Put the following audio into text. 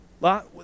Lot